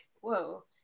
whoa